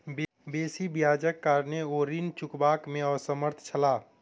बेसी ब्याजक कारणेँ ओ ऋण चुकबअ में असमर्थ छला